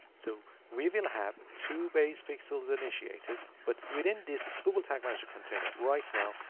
so we will have two base pixels initiated. but within this google tag manager container right now,